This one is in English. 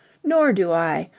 nor do i.